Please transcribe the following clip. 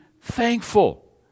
thankful